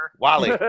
Wally